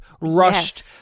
rushed